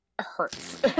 hurts